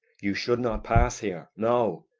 you should not pass here no,